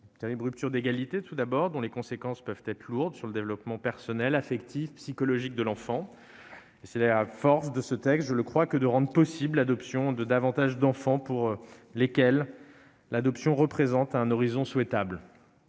terrible rupture d'égalité, dont les conséquences peuvent être lourdes sur le développement personnel, affectif, psychologique de l'enfant. C'est la force de ce texte que de rendre possible l'adoption de davantage d'enfants pour lesquels celle-ci représente un horizon souhaitable.